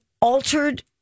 altered